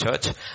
church